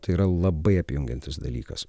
tai yra labai apjungiantis dalykas